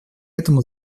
этому